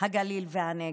הגליל והנגב.